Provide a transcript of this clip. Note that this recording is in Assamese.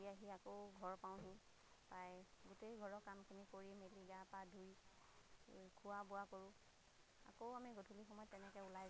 আহি আহি আকৌ ঘৰ পাওঁহি পাই গোটেই ঘৰৰ কামখিনি কৰি মেলি গা পা ধুই খোৱা বোৱা কৰোঁ আকৌ আমি গধূলি সময়ত তেনেকৈ উলাই যাওঁ